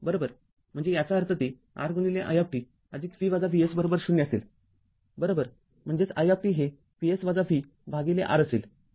म्हणजे याचा अर्थते Riv Vs0असेल बरोबरम्हणजेच iहे Vs v भागिले R असेल